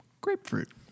grapefruit